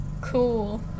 cool